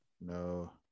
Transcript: No